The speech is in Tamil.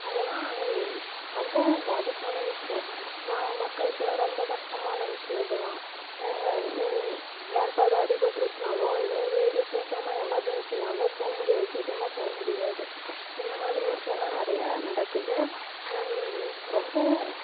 அதெல்லாம் ரொம்ப பாதிப்பான விஷயம் ம மக்களுக்குலாம் ரொம்ப கஷ்டமான விஷயம் இதெல்லாம் ஒரு யாருக்காவது அடிப்பட்டுருச்சினாவோ எதாவது இ சீக்கிரமாக எமர்ஜன்சினாலோ போக முடியாது சீக்கிரமாக போக முடியாது இந்த மாதிரி விஷியம்லாம் நிறையா நடக்குது ரொம்ப